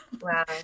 Wow